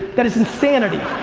that is insanity.